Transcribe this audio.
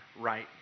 right